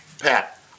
Pat